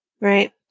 right